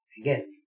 again